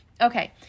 Okay